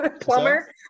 Plumber